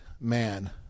man